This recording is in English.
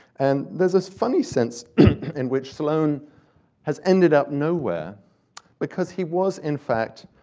and there's a funny sense in which sloane has ended up nowhere because he was, in fact,